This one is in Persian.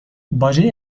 باجه